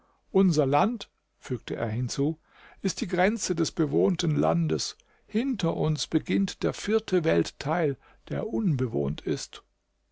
unser land fügte er hinzu ist die grenze des bewohnten landes hinter uns beginnt der vierte weltteil der unbewohnt ist